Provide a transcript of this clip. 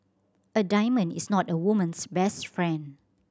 a diamond is not a woman's best friend